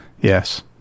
Yes